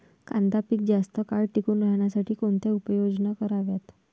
कांदा पीक जास्त काळ टिकून राहण्यासाठी कोणत्या उपाययोजना कराव्यात?